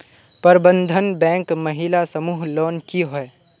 प्रबंधन बैंक महिला समूह लोन की होय?